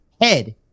Head